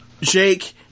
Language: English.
Jake